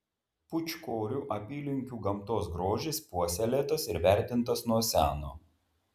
pūčkorių apylinkių gamtos grožis puoselėtas ir vertintas nuo seno